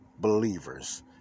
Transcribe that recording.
believers